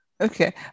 Okay